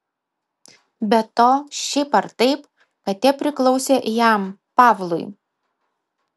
be to šiaip ar taip katė priklausė jam pavlui